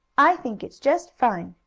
i think it's just fine!